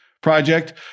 project